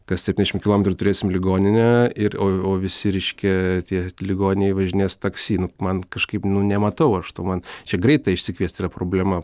kas septyniasdešim kilometrų turėsim ligoninę ir o o visi reiškia tie ligoniai važinės taksi nu man kažkaip nu nematau aš tu man čia greitąją išsikviest yra problema